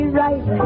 right